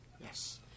Yes